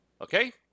Okay